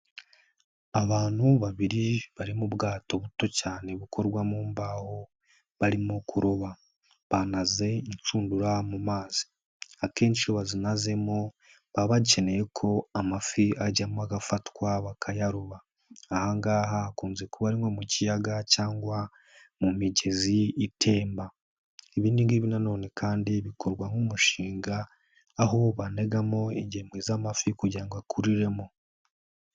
Abantu babiri bari mu bwato buto cyane bukorwa mu mbaho, barimo kuroba, banaze inshundura mu mazi, akenshi iyo bazinazemo, baba bakeneye ko amafi ajyamo agafatwa, bakayaroba, aha ngaha hakunze kuba ari nko mu kiyaga cyangwa mu migezi itemba, ibi ngibi nanone kandi bikorwa nk'umushinga, aho banagamo ingemwe z'amafi kugira ngo akuriremo.